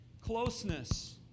closeness